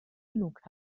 genug